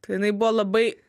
jinai buvo labai